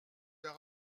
d’un